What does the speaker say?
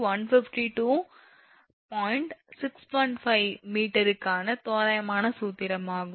615 m க்கான தோராயமான சூத்திரமாகும்